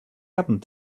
happened